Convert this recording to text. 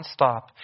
nonstop